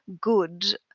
good